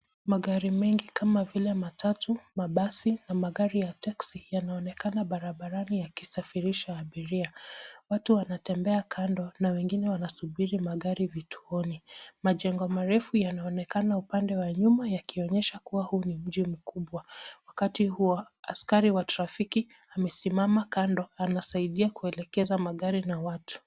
Magari mengi kama vile matatu, mabasi na magari ya teksi yanaonekana barabarani yakisafirisha abiria. Watu wanatembea kando na wengine wanasubiri magari vituoni. Majengo marefu yanaonekana upande wa nyuma yakionyesha kuwa huu ni mji mkubwa. Wakati huo, askari wa trafiki amesimama kando, anasaidia kuelekeza magari na watu.